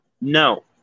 No